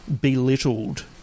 belittled